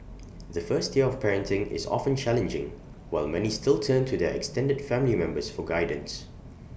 the first year of parenting is often challenging while many still turn to their extended family members for guidance